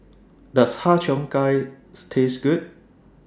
Does Har Cheong Gai Taste Good